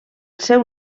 seu